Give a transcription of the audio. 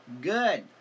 good